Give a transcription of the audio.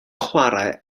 chwarae